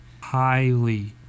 highly